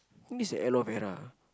I think it's aloe vera